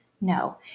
no